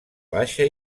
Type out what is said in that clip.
baixa